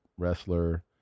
wrestler